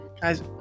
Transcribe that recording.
Guys